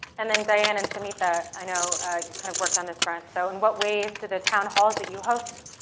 and then diane and samhita, i know you've kind of worked on this front. so in what ways did the town halls that you host,